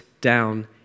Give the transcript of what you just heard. down